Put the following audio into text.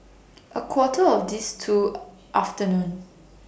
A Quarter of This two afternoon